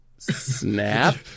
Snap